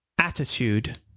attitude